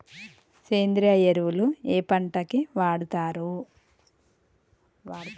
సేంద్రీయ ఎరువులు ఏ పంట కి వాడుతరు?